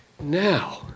now